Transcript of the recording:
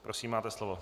Prosím, máte slovo.